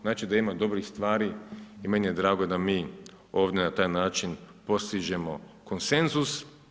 Znači da ima dobrih stvari i meni je drago da mi ovdje na taj način postižemo konsenzus.